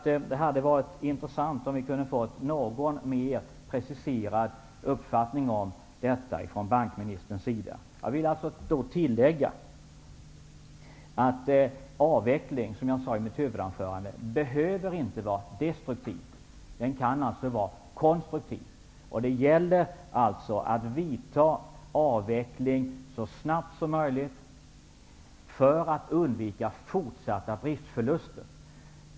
Det hade varit intressant att få en något mer preciserad uppfattning om detta från bankministerns sida. Som jag sade i mitt huvudanförande behöver avveckling inte vara destruktivt. Avveckling kan vara konstruktivt. Det gäller att genomföra avvecklingen så snabbt som möjligt för att undvika fortsatta driftsförluster.